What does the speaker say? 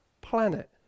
planet